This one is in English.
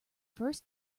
first